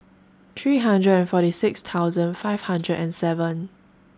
three hundred and forty six thousand five hundred and seven